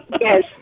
Yes